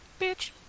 Bitch